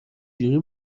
جوری